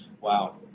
Wow